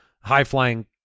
high-flying